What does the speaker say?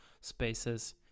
spaces